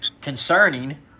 concerning